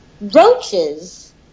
roaches